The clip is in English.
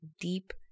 deep